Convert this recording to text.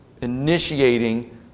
initiating